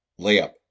Layup